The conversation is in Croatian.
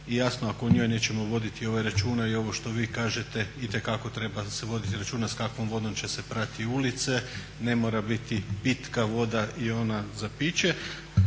i jasno ako o njoj nećemo voditi računa i ovo što vi kažete itekako treba se voditi računa s kakvom vodom će se prati ulice ne mora biti pitka voda i ona za piće